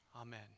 Amen